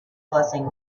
blessing